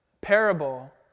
parable